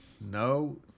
No